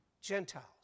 Gentiles